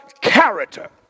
character